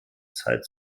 zeit